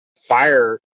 fire